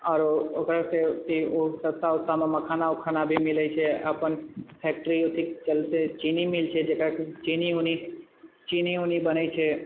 आरो ओकरासँ कि सस्ता वस्तामे मखाना वखाना भी मिलैत छै अपन फैक्ट्री अथि चलते चीनी मिल छै जेकरासँ चीनी वूनी चीनी वूनी बनैत छै